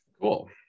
Cool